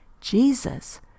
Jesus